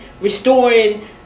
restoring